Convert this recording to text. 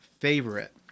favorite